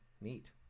neat